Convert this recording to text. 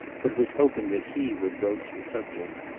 but was hoping that he would broach the subject.